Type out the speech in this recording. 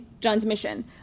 transmission